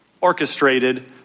orchestrated